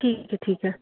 ठीक है ठीक है